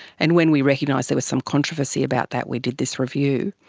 and when we recognised there was some controversy about that we did this review.